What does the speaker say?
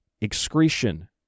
Excretion